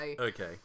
okay